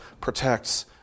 protects